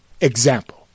example